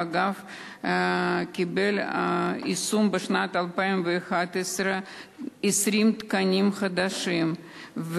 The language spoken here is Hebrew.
האגף קיים ואייש בשנת 2011 20 תקנים חדשים,